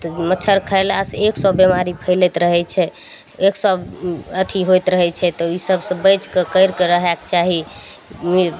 तऽ मच्छड़ खयला से एक सए बिमारी फैलैत रहै छै एक सए अथी होइत रहै छै तऽ ई सबसँ बैच कऽ कैर कऽ रहएके चाही